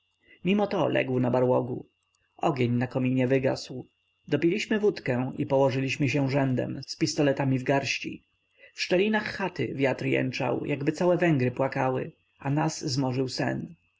mimo to legł na barłogu ogień na kominie wygasał dopiliśmy wódkę i położyliśmy się rzędem z pistoletami w garści w szczelinach chaty wiatr jęczał jakby całe węgry płakały a nas zmorzył sen